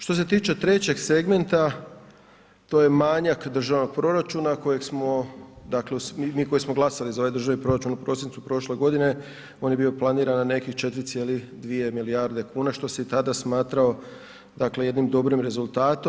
Što se tiče trećeg segmenta, to je manjak državnog proračuna kojeg smo dakle mi koji smo glasali za ovaj državni proračun u prosincu prošle godine, on je bio planiran na nekih 4,2 milijarde kuna što se i tada smatrao jednim dobrim rezultatom.